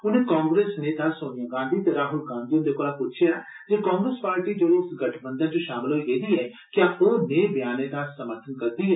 उनें कांग्रेस नेता सोनिया गांधी ते राहल गांधी हन्दे कोला प्च्छेआ जे कांग्रेस पार्टी जेड़ी इस गठबंधन च शामल होई दी ऐ क्या ओह नेह बयाने दा समर्थन करदी ऐ